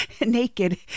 naked